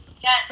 Yes